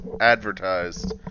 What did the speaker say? advertised